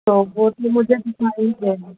تو وہ تو مجھے دِکھائی